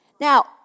Now